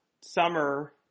summer